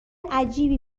عجیبی